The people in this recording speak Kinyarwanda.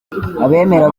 abemera